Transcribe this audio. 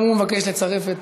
למה אין לך מסך?